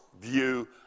view